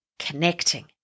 connecting